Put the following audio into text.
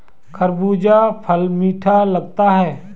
खरबूजा फल मीठा लगता है